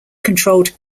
controlled